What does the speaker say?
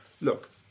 look